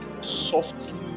softly